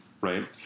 right